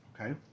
Okay